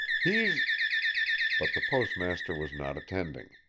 he's but the postmaster was not attending.